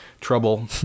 trouble